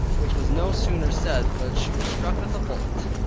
which was no sooner said, but she was struck with a bullet,